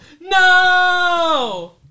No